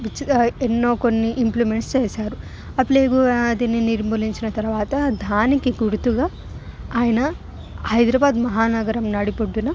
గుచ్చుగా ఎన్నో కొన్ని ఇంప్లిమెంట్స్ చేశారు ఆ ప్లేగ్ వ్యాధిని నిర్మూలించిన తర్వాత దానికి గుర్తుగా ఆయన హైదరాబాద్ మహానగరం నడిబొడ్డున